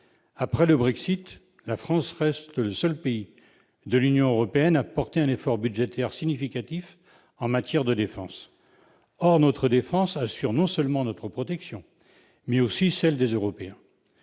Après le Brexit, la France reste le seul pays de l'Union européenne à porter un effort budgétaire significatif en matière de défense. Or notre défense assure non seulement notre protection, mais aussi celle des Européens.